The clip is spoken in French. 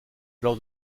lors